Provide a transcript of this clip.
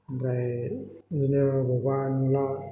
ओमफ्राय बिदिनो बबावबा नुब्ला